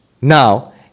Now